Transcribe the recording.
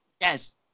Yes